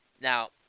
Now